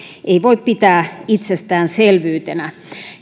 ei voi pitää itsestäänselvyytenä